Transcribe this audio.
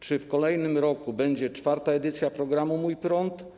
Czy w kolejnym roku będzie czwarta edycja programu „Mój prąd”